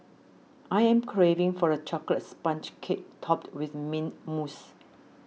I am craving for a Chocolate Sponge Cake Topped with Mint Mousse